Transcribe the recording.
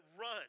run